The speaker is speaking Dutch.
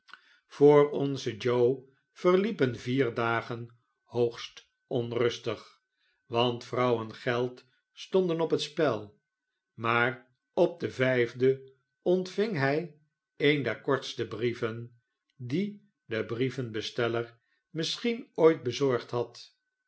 voor onzen joe verliepen vier dagen hoogst onrustig want vrouw en geld stonden op het spel maar op den vijfden ontving hij een der kortste brieven dien de brievenbesteller misschien ooit bezorgd had